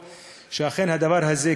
שאכן הדבר הזה,